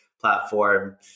platform